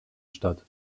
statt